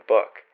book